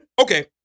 Okay